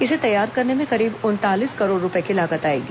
इसे तैयार करने में करीब उनतालीस करोड़ रूपए की लागत आएगी